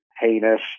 heinous